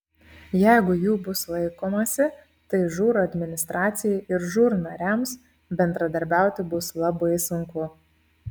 jeigu jų bus laikomasi tai žūr administracijai ir žūr nariams bendradarbiauti bus labai sunku